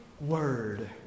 word